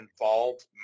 involved